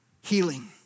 healing